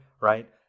right